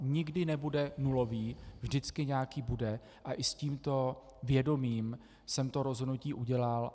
Nikdy nebude nulový, vždycky nějaký bude, ale i s tímto vědomím jsem to rozhodnutí udělal.